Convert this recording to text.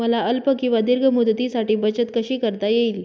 मला अल्प किंवा दीर्घ मुदतीसाठी बचत कशी करता येईल?